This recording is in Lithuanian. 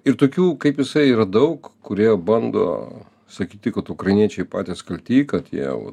ir tokių kaip jisai yra daug kurie bando sakyti kad ukrainiečiai patys kalti kad jie